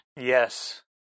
Yes